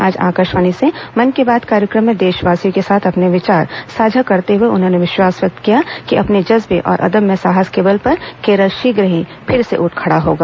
आज आकाशवाणी से मन की बात कार्यक्रम में देशवासियों के साथ अपने विचार साझा करते हुए उन्होंने विश्वास व्यक्त किया कि अपने जज्बे और अदम्य साहस के बल पर केरल शीघ्र ही फिर से उठ खड़ा होगा